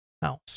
house